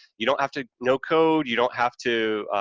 you don't have to know code, you don't have to,